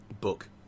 Book